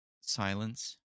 silence